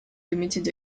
limited